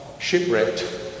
Shipwrecked